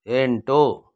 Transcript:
ಎಂಟು